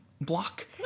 block